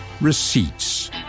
Receipts